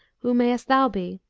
who mayest thou be?